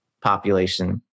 population